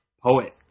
poet